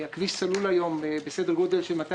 הכביש סלול היום בסדר גודל של 200